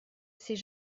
sait